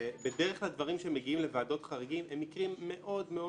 בדרך כלל אלה דברים שמגיעים לוועדות חריגים ואלה מקרים מאוד מאוד